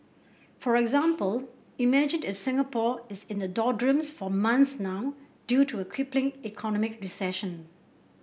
for example imagine it if Singapore is in the doldrums for months now due to a crippling economic recession